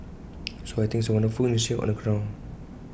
so I think it's A wonderful initiative on the ground